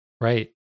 Right